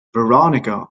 veronica